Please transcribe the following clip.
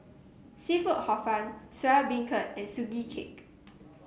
seafood Hor Fun Soya Beancurd and Sugee Cake